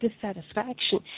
dissatisfaction